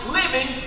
living